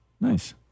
Nice